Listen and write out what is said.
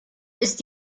ist